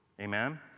amen